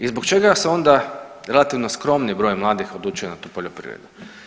I zbog čega se onda relativno skromni broj mladih odlučuje na tu poljoprivredu?